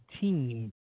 team